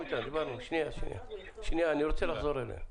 שנייה, אני רוצה לחזור אליה.